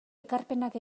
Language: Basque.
ekarpenak